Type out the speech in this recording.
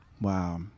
Wow